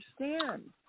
understand